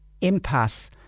impasse